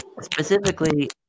specifically